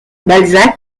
balzac